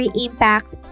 impact